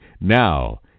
Now